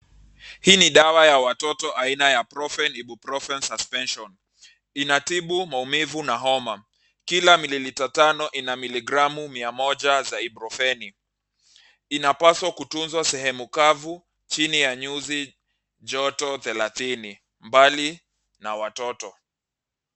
Hii ni dawa ya watoto aina ya Profen Ibuprofen Suspension . Inatibu maumivu na homa. Kila mililita tano ina miligramu mia moja za Ibuprofen . Inapaswa kutunzwa sehemu kavu, chini ya nyuzi joto thelathini, mbali na watoto.